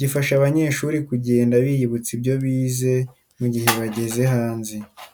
gifasha abanyeshuri kugenda biyibutsa ibyo bize mu gihe bageze hanze.